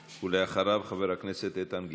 אחריו, חבר הכנסת איתן גינזבורג.